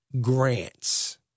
grants